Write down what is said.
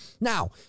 Now